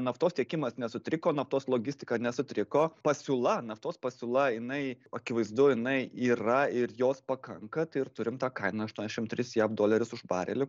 naftos tiekimas nesutriko naftos logistika nesutriko pasiūla naftos pasiūla jinai akivaizdu jinai yra ir jos pakanka tai ir turim tą kainą aštuoniasdešim tris jav dolerius už barelį